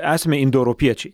esame indoeuropiečiai